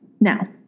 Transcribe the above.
Now